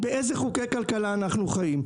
באיזה חוקי כלכלה אנחנו חיים?